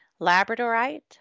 Labradorite